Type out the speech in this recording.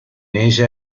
ella